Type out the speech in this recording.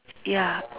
ya